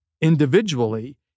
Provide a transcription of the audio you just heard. individually